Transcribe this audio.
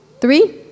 Three